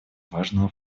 важного